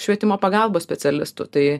švietimo pagalbos specialistų tai